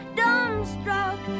dumbstruck